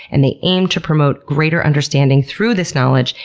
and they aim to promote greater understanding through this knowledge,